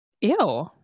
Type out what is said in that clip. Ew